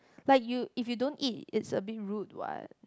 like you if you don't eat is a bit rude what